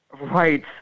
Right